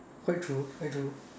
quite true quite true